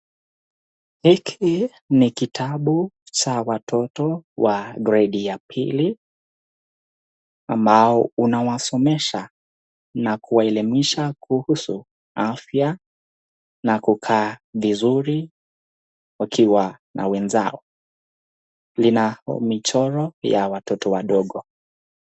Hiki ni kitabu cha watoto wa gredi ya pili ambao unasomesha na kuwaelimisha kuhusu afya na kukaa vizuri wakiwa na wenzao, lina michoro ya watoto wadogo.